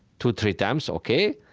two, three times, ok.